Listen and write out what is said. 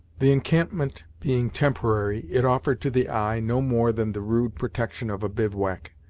the encampment being temporary, it offered to the eye no more than the rude protection of a bivouac,